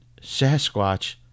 Sasquatch